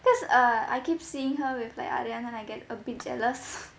because err I keep seeing her with like aryan then I get a bit jealous